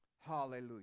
Hallelujah